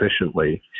efficiently